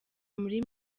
muri